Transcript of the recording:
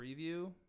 preview